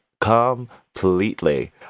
Completely